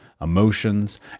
emotions